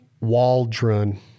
Waldron